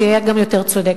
זה יהיה גם יותר צודק.